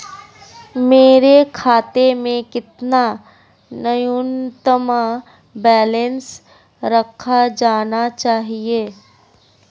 मेरे खाते में कितना न्यूनतम बैलेंस रखा जाना चाहिए?